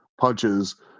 punches